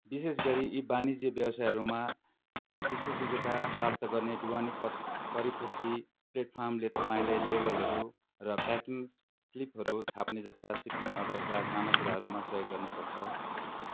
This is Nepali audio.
विशेष गरी ई वाणिज्य व्यवसायहरूमा विशेषज्ञता प्राप्त गर्ने ढुवानी परि परिपूर्ति प्लेटफर्मले तपाईँँलाई लेबलहरू र प्याकिङ स्लिपहरू छाप्ने जस्ता शिपिङ अर्डरका साना कुराहरूमा सहयोग गर्न सक्छ